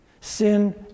Sin